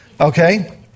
Okay